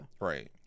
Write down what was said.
Right